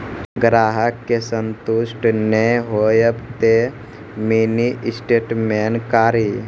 ग्राहक के संतुष्ट ने होयब ते मिनि स्टेटमेन कारी?